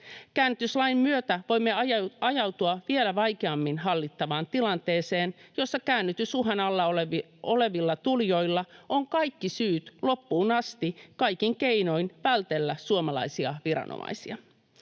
Käännytyslain myötä voimme ajautua vielä vaikeammin hallittavaan tilanteeseen, jossa käännytysuhan alla olevilla tulijoilla on kaikki syyt loppuun asti kaikin keinoin vältellä suomalaisia viranomaisia.